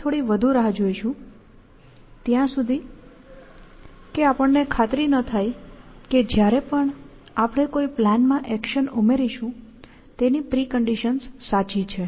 આપણે થોડી વધુ રાહ જોશું ત્યાં સુધી કે આપણને ખાતરી ન થાય કે જ્યારે પણ આપણે કોઈ પ્લાનમાં એક્શન ઉમેરીશું તેની પ્રિકન્ડિશન્સ સાચી છે